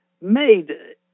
made